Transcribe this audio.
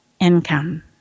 income